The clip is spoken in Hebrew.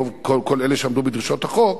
כל אלה שעמדו בדרישות החוק,